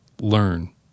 Learn